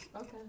Okay